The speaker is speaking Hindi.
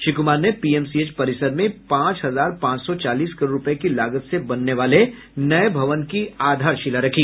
श्री कुमार ने पीएमसीएच परिसर में पांच हजार पांच सौ चालीस करोड़ रूपये की लागत से बनने वाले नये भवन की आधारशिला रखी